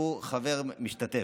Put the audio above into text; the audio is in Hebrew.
כולל אחמד טיבי, שהוא חבר משתתף.